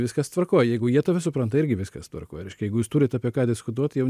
viskas tvarkoj jeigu jie tave supranta irgi viskas tvarkoj reiškia jeigu jūs turit apie ką diskutuot jau